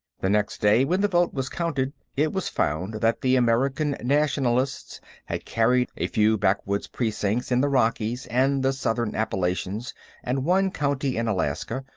the next day, when the vote was counted, it was found that the american nationalists had carried a few backwoods precincts in the rockies and the southern appalachians and one county in alaska,